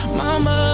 mama